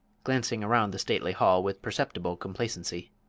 glancing around the stately hall with perceptible complacency.